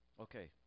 Okay